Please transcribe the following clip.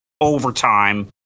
overtime